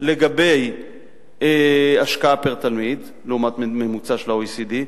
לגבי השקעה פר-תלמיד לעומת ממוצע של ה-OECD,